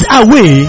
away